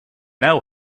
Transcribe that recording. now